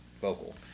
vocal